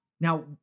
Now